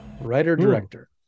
writer-director